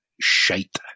shite